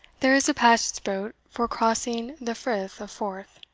there is a passage-boat for crossing the firth of forth.